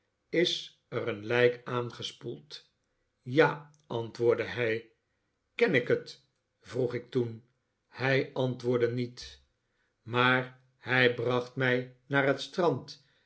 is er een lijk aangespoeld ja antwoordde hij ken ik het vroeg ik toen hij antwoordde niet maar hij bracht mij naar het strand